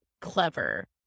clever